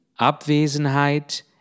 Abwesenheit